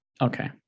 Okay